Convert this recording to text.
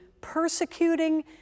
persecuting